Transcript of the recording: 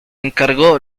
encargó